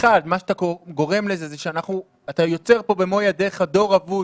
במו ידיך אתה יוצר פה דור אבוד